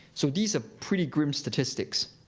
so these are pretty grim statistics.